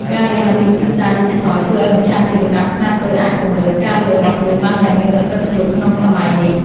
ការរៀនអំពីទីផ្សារឌីជីថលជួយឱ្យម្ចាស់អាជីវកម្មខ្នាតតូចអាចពង្រីកការលក់របស់ខ្លួនបានយ៉ាងមានប្រសិទ្ធភាពក្នុងសម័យនេះ។